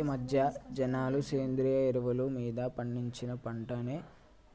ఈమధ్య జనాలు సేంద్రియ ఎరువులు మీద పండించిన పంటనే